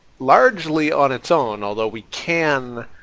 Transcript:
largely on its own. although, we can,